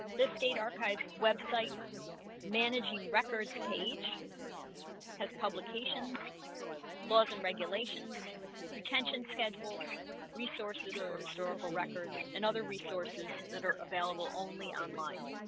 this state archives website managing records page has publications laws and regulations retention schedule resources for historical records and other resources that are available only online